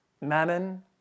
mammon